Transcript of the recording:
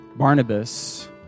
Barnabas